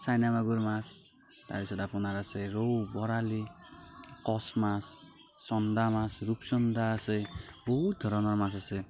China মাগুৰ মাছ তাৰপাছত আপোনাৰ আছে ৰৌ বৰালি কছ মাছ চণ্ডা মাছ ৰূপচণ্ডা আছে বহুত ধৰণৰ মাছ আছে